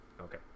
Okay